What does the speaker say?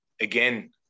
again